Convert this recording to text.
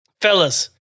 Fellas